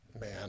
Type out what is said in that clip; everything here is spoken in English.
Man